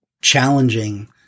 challenging